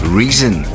reason